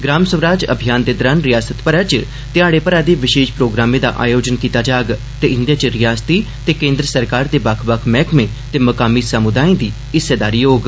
ग्राम स्वराज अभियान दे दौरान रिआसत भरै च ध्याड़े भरै दे विशेष प्रोग्रामे दा आयोजन कीता जाग ते इंदे च रिआसती ते केन्द्र सरकार दे बक्ख बक्ख मैह्कमे ते मुकामी समुदाये हिस्सेदारी करडन